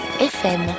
FM